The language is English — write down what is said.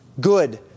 good